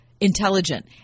intelligent